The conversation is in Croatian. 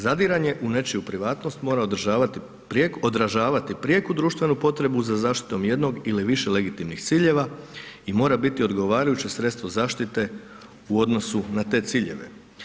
Zadiranje u nečiju privatnost mora odražavati prijeku društvenu potrebu za zaštitom jednog ili više legitimnih ciljeva i mora biti odgovarajuće sredstvo zaštite u odnosu na te ciljeve.